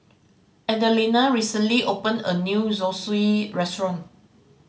Adelina recently opened a new Zosui Restaurant